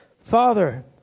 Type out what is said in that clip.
Father